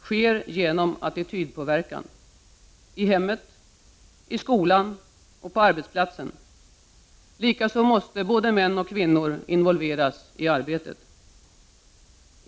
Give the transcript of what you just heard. uppstår genom attitydpåverkan, i hemmet, i skolan och på arbetsplatsen. Både män och kvinnor måste involveras i arbetet.